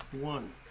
one